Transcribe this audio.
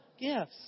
gifts